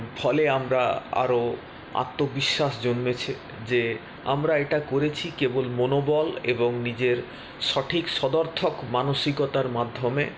ফলে আমরা আরো আত্মবিশ্বাস জন্মেছে যে আমরা এটা করেছি কেবল মনোবল এবং নিজের সঠিক সদর্থক মানসিকতার মাধ্যমে